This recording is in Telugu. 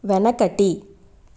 వెనకటి